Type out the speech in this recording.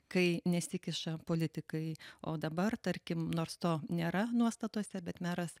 kai nesikiša politikai o dabar tarkim nors to nėra nuostatose bet meras